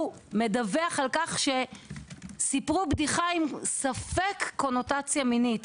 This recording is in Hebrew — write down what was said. מדווח על כך שסיפרו במסדרון בדיחה עם ספק קונוטציה מינית,